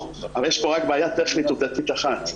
אבל יש כאן רק בעיה טכנית עובדתית אחת.